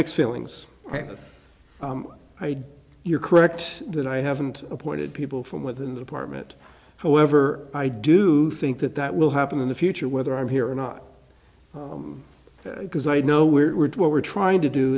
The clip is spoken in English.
mixed feelings but i you're correct that i haven't appointed people from within the department however i do think that that will happen in the future whether i'm here or not because i know where we're what we're trying to do